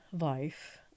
life